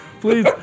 please